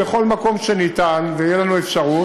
בכל מקום שתהיה לנו אפשרות